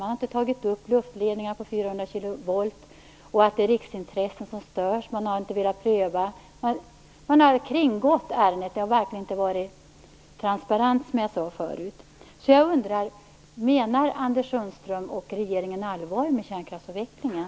Man har inte tagit upp luftledningarna på 400 kilovolt och det faktum att det är riksintressen som störs. Man har inte velat pröva. Man har kringgått ärendet. Det har, som jag sade förut, verkligen inte varit transparent. Så jag undrar: Menar Anders Sundström och regeringen allvar med kärnkraftsavvecklingen?